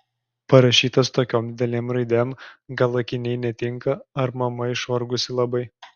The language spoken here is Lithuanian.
parašytas tokiom didelėm raidėm gal akiniai netinka ar mama išvargusi labai